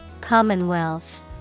Commonwealth